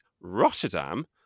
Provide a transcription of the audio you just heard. Rotterdam